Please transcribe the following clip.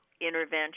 intervention